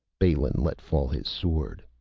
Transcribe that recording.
balin let fall his sword.